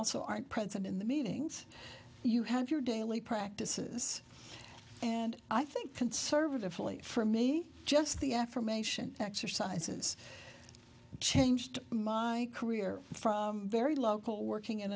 also aren't present in the meetings you have your daily practices and i think conservatively for me just the affirmation exercises changed my career from very local working in